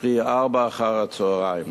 קרי ארבע אחר-הצהריים.